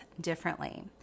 differently